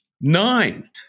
nine